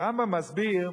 הרמב"ם מסביר,